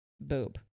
boob